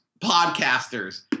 podcasters